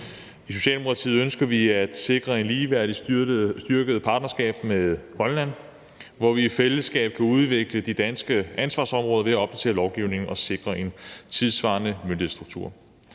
I Socialdemokratiet ønsker vi at sikre et ligeværdigt og styrket partnerskab med Grønland, hvor vi i fællesskab kan udvikle de danske ansvarsområder ved at opdatere lovgivningen og sikre en tidssvarende myndighedsstruktur.